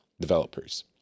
developers